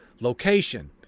Location